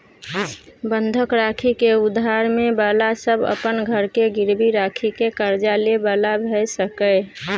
बंधक राखि के उधार ले बला सब अपन घर के गिरवी राखि के कर्जा ले बला भेय सकेए